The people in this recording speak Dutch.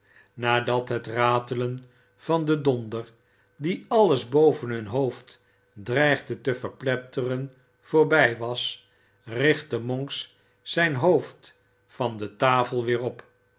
nadat het ratelen van den donder die alles boven hun hoofd dreigde te verpletteren voorbij was richtte monks zijn hoofd van de tafel weer op